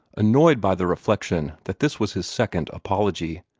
annoyed by the reflection that this was his second apology.